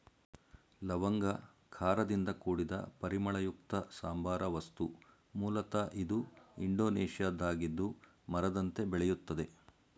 ಲವಂಗ ಖಾರದಿಂದ ಕೂಡಿದ ಪರಿಮಳಯುಕ್ತ ಸಾಂಬಾರ ವಸ್ತು ಮೂಲತ ಇದು ಇಂಡೋನೇಷ್ಯಾದ್ದಾಗಿದ್ದು ಮರದಂತೆ ಬೆಳೆಯುತ್ತದೆ